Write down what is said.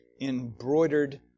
embroidered